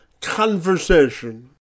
conversation